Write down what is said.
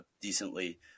decently